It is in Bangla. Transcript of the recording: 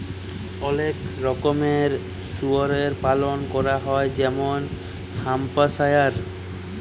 অলেক রকমের শুয়রের পালল ক্যরা হ্যয় যেমল হ্যাম্পশায়ার